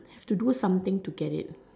have to do something to get it